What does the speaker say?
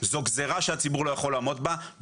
זו גזירה שהציבור לא יכול לעמוד בה.